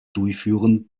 durchführen